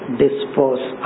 dispose